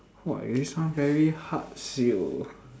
!wah! eh this one very hard [siol]